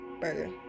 burger